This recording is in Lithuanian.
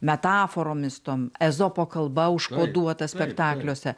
metaforomis tom ezopo kalba užkoduota spektakliuose